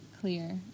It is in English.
clear